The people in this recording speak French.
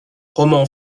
roman